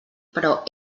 però